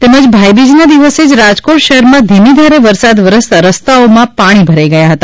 તેમજભાઇબીજના દિવસે જ રાજકોટ શહેરમાં ધીમી ધારે વરસાદ વરસતા રસ્તાઓ પર પાણી ભરાયા હતા